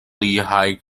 lehigh